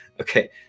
okay